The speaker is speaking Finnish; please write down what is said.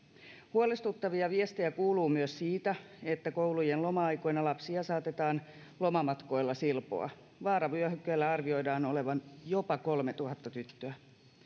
huolestuttavia viestejä kuuluu myös siitä että koulujen loma aikoina lapsia saatetaan lomamatkoilla silpoa vaaravyöhykkeellä arvioidaan olevan jopa kolmetuhatta tyttöä